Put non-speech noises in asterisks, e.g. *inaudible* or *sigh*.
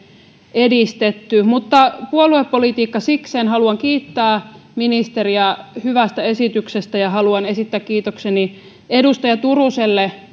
edistetty mutta puoluepolitiikka sikseen haluan kiittää ministeriä hyvästä esityksestä ja haluan esittää kiitokseni edustaja turuselle *unintelligible*